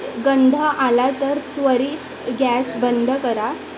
गंंध आला तर त्वरीत गॅस बंद करा